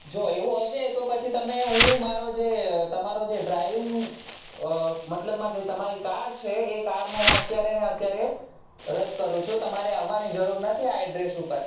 જો એવું હશે તો પછી તમે હું મારો જે તમારો જે ડ્રાઇવિંગ મતલબમાં જે તમારી કાર છે એ કારનું હું અત્યારે ને અત્યારે રદ કરું છું તમારે આવવાની જરૂર નથી આ એડ્રેસ ઉપર